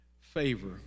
favor